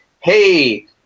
hey